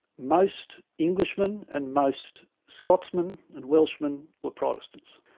most englishmen and most scotsmen and welshmen were protestants.